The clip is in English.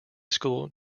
school